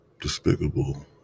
despicable